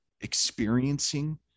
experiencing